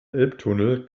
elbtunnel